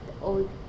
old